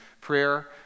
prayer